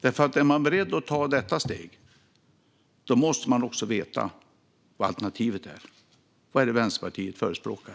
Är man beredd att ta detta steg måste man också veta vad alternativet är. Vad är det Vänsterpartiet förespråkar?